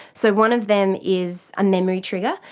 so, one of them is a memory trigger.